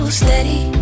steady